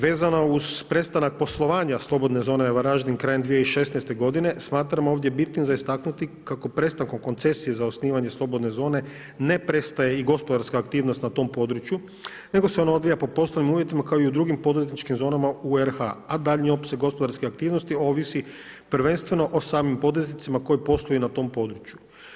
Vezano uz prestanak poslovanja slobodne zone Varaždin krajem 2016. godine smatram ovdje bitnim za istaknuti kako prestankom koncesije za osnivanje slobodne zone ne prestaje i gospodarska aktivnost na tom području nego se ona odvija po poslovnim uvjetima kao i drugim poduzetničkim zonama u RH a daljnji opseg gospodarske aktivnosti ovisi prvenstveno o samim poduzetnicima koji posluju na tom području.